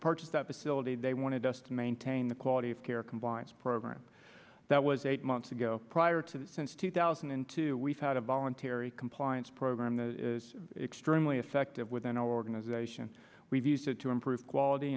purchased up its military they wanted us to maintain the quality of care compliance program that was eight months ago prior to that since two thousand and two we've had a voluntary compliance program that is extremely effective with an organization we've used it to improve quality